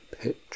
pitch